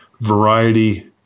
variety